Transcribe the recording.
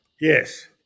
Yes